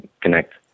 connect